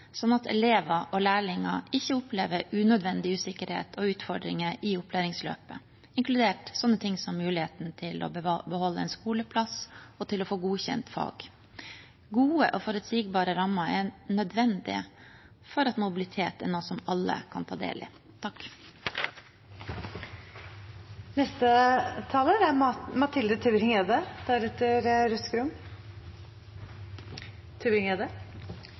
at elever og lærlinger ikke opplever unødvendig usikkerhet og utfordringer i opplæringsløpet, inkludert slike ting som muligheten til å beholde en skoleplass og til å få godkjent fag. Gode og forutsigbare rammer er nødvendig for at mobilitet er noe alle kan ta del i. Fullføringsreformen er den første store reformen i videregående opplæring på 30 år. Jeg er